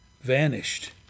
vanished